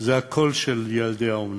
זה הקול של ילדי האומנה.